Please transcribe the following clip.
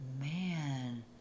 man